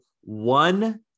one